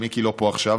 מיקי לא פה עכשיו,